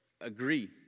agree